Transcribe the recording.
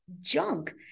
junk